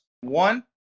One